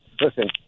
listen